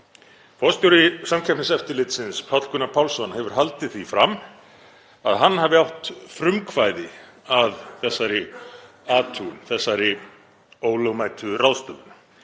Forstjóri Samkeppniseftirlitsins, Páll Gunnar Pálsson, hefur haldið því fram að hann hafi átt frumkvæðið að þessari athugun, þessari ólögmætu ráðstöfun.